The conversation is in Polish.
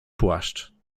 płaszcz